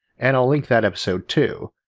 and i'll link that episode too,